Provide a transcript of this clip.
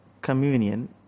communion